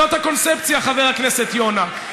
זאת הקונספציה, חבר הכנסת יונה.